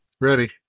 Ready